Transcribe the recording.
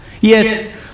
Yes